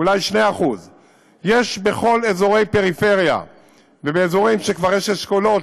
אולי 2%. יש בכל אזורי הפריפריה ובאזורים שכבר יש אשכולות